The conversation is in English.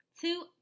two